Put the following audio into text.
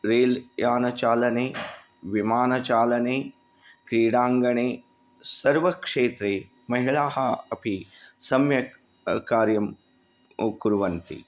रेल्यानं चालने विमानचालने क्रीडाङ्गणे सर्व क्षेत्रे महिलाः अपि सम्यक् कार्यं कुर्वन्ति